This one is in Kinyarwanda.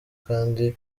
kandi